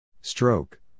Stroke